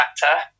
factor